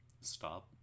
stop